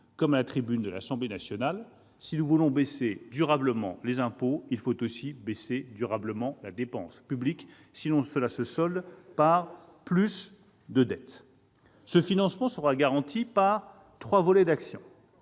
comme à la tribune de l'Assemblée nationale : si nous voulons baisser durablement les impôts, il faut aussi baisser durablement la dépense publique, sinon, cela se solde par plus de dette. Ce financement sera garanti par trois volets d'action.